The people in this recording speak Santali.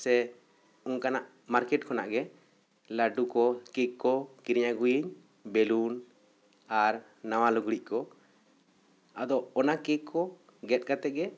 ᱥᱮ ᱚᱱᱠᱟᱱᱟᱜ ᱢᱟᱨᱠᱮᱴ ᱠᱷᱚᱱᱟᱜ ᱜᱮ ᱞᱟᱹᱰᱩ ᱠᱚ ᱠᱮᱠ ᱠᱚ ᱠᱤᱨᱤᱧ ᱟᱹᱜᱩᱭᱤᱧ ᱵᱮᱞᱩᱱ ᱟᱨ ᱱᱟᱣᱟ ᱞᱩᱜᱽᱲᱤᱡ ᱠᱚ ᱟᱫᱚ ᱚᱱᱟ ᱠᱮᱠ ᱠᱚ ᱜᱮᱫ ᱠᱟᱛᱮ ᱜᱮ